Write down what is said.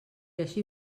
així